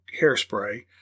hairspray